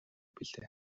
билээ